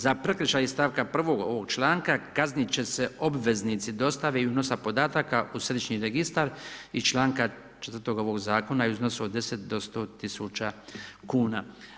Za prekršaj iz stavka 1. ovog članka kaznit će se obveznici dostave i unosa podatak u središnji registar iz članka 4. ovog zakona u iznosu od 10.000 do 100.000 kuna.